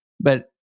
But-